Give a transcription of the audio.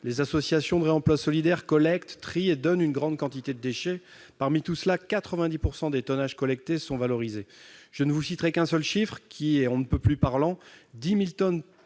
Les associations de réemploi solidaire collectent, trient et donnent une grande quantité de déchets. Parmi tout cela, 90 % des tonnages collectés sont valorisés. Je ne citerai qu'un seul chiffre on ne peut plus parlant : 10 000 tonnes